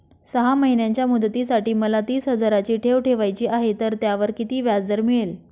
सहा महिन्यांच्या मुदतीसाठी मला तीस हजाराची ठेव ठेवायची आहे, तर त्यावर किती व्याजदर मिळेल?